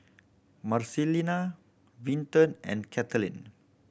Marcelina Vinton and Cathleen